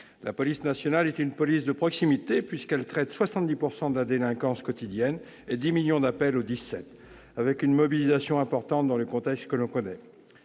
La police nationale est une police de proximité, puisqu'elle traite 70 % de la délinquance quotidienne et 10 millions d'appels passés au 17, avec une mobilisation importante, dans le contexte que l'on connaît.